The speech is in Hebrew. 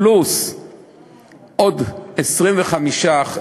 פלוס 25%,